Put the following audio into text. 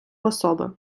особи